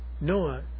Noah